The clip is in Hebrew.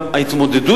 הבריאות,